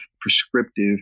prescriptive